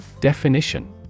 Definition